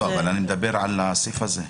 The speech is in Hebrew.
אני מדבר על הסעיף הזה.